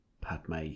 Padme